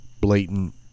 blatant